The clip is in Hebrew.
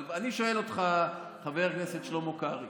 אבל אני שואל אותך, חבר הכנסת שלמה קרעי: